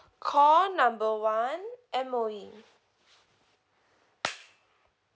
call number one M_O_E